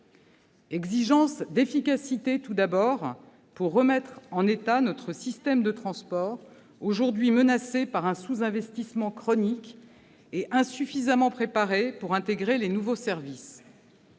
exigence d'efficacité, tout d'abord, pour remettre en état notre système de transport, aujourd'hui menacé par un sous-investissement chronique et insuffisamment préparé pour intégrer les nouveaux services